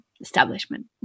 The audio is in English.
establishment